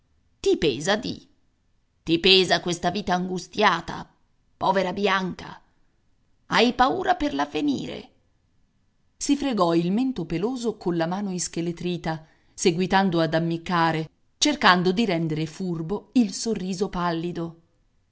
ti pesa di ti pesa questa vita angustiata povera bianca hai paura per l'avvenire si fregò il mento peloso colla mano ischeletrita seguitando ad ammiccare cercando di rendere furbo il sorriso pallido